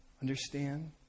understand